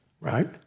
right